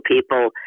people